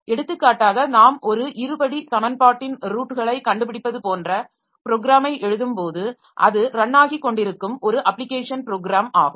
எடுத்துக்காட்டாக நாம் ஒரு இருபடி சமன்பாட்டின் ரூட்களை கண்டுபிடிப்பது போன்ற ப்ரோக்ராமை எழுதும்போது அது ரன் ஆகிக் கொண்டிருக்கும் ஒரு அப்ளிகேஷன் ப்ரோக்ராம் ஆகும்